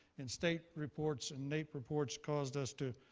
in state reports and naep reports caused us to